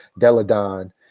Deladon